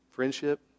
Friendship